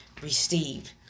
received